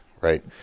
right